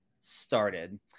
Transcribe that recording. started